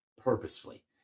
purposefully